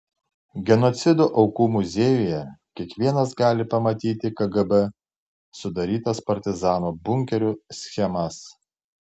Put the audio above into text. genocido aukų muziejuje kiekvienas gali pamatyti kgb sudarytas partizanų bunkerių schemas